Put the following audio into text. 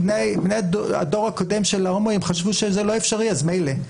בני הדור הקודם של ההומואים חשבו שזה לא אפשרי אז מילא,